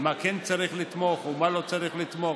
במה כן צריך לתמוך ובמה לא צריך לתמוך.